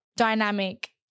dynamic